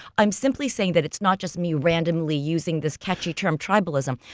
i'm simply saying that it's not just me randomly using this catchy term tribalism.